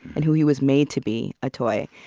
and who he was made to be a toy.